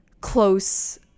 close